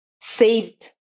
saved